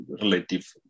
relative